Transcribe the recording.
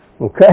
Okay